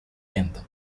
lento